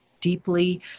deeply